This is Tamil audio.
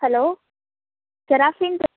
ஹலோ சராஃபின்